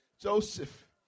Joseph